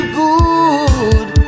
good